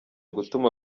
gutuma